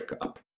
up